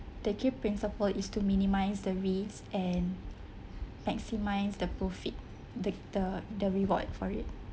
the key principle is to minimise the risk and maximise the profit take the the reward for it